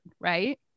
Right